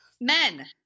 Men